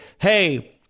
hey